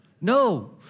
No